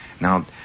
Now